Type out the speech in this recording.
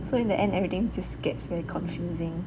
so in the end everything just gets very confusing